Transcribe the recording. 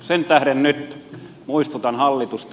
sen tähden nyt muistutan hallitusta